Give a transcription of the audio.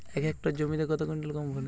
এক হেক্টর জমিতে কত কুইন্টাল গম ফলে?